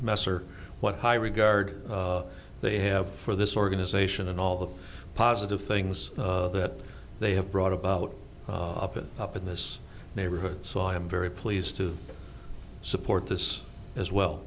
messer what high regard they have for this organization and all the positive things that they have brought about up in this neighborhood so i am very pleased to support this as well